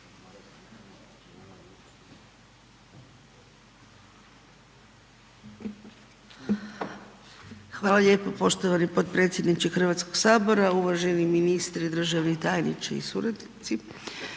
Hvala lijepa. Poštovani potpredsjedniče Hrvatskog sabora, uvaženi ministre sa suradnicima,